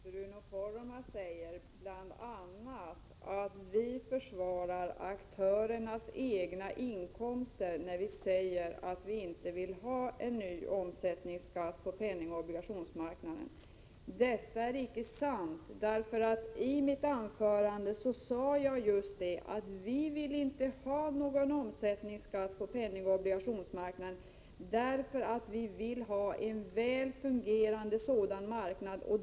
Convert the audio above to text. Herr talman! Bruno Poromaa säger bl.a. att vi försvarar aktörernas egna inkomster när vi säger att vi inte vill ha en ny omsättningsskatt på penningoch obligationsmarknaden. Detta är icke sant. I mitt anförande sade jag att vi inte vill ha någon omsättningsskatt på penningoch obligationsmarknaden därför att vi vill ha en väl fungerande sådan marknad.